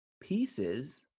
pieces